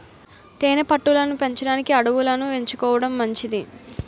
తేనె పట్టు లను పెంచడానికి అడవులను ఎంచుకోవడం మంచిది